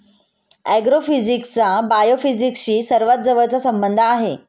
ऍग्रोफिजिक्सचा बायोफिजिक्सशी सर्वात जवळचा संबंध आहे